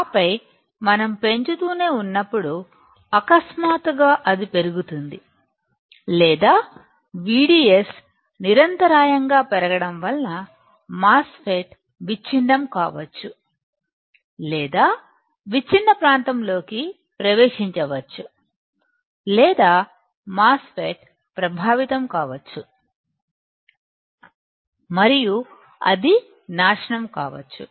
ఆ పై మనం పెంచుతూనే ఉన్నప్పుడు అకస్మాత్తుగా అది పెరుగుతుంది లేదా VDS నిరంతరాయంగా పెరగడం వలన మాస్ఫెట్ విచ్ఛిన్నం కావచ్చు లేదా విచ్ఛిన్న ప్రాంతంలోకి ప్రవేశించవచ్చు లేదా మాస్ఫెట్ ప్రభావితం కావచ్చు మరియు అది నాశనం కావచ్చు